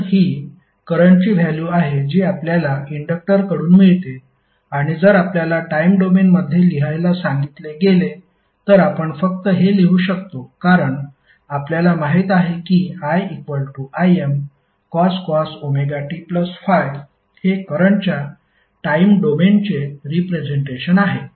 तर हि करंटची व्हॅल्यु आहे जी आपल्याला इंडक्टरकडून मिळते आणि जर आपल्याला टाइम डोमेन मध्ये लिहायला सांगितले गेले तर आपण फक्त हे लिहू शकतो कारण आपल्याला माहित आहे की iImcos ωt∅ हे करंटच्या टाइम डोमेनचे रिप्रेझेंटेशन आहे